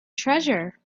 treasure